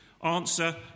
Answer